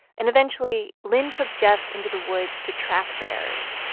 and eventually, lynn took jeff into the woods to track bears,